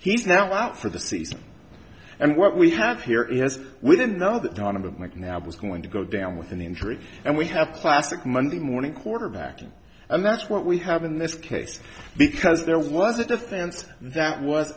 out for the season and what we have here is we didn't know that donovan mcnabb was going to go down with an injury and we have classic monday morning quarterbacking and that's what we have in this case because there was a defense that was